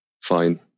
fine